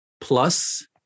plus